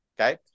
Okay